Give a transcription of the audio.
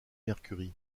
mercury